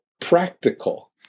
practical